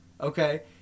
Okay